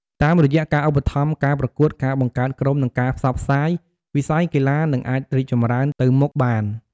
តាមរយៈការឧបត្ថម្ភការប្រកួត ការបង្កើតក្រុម និងការផ្សព្វផ្សាយ វិស័យកីឡានឹងអាចរីកចម្រើនទៅមុខបាន។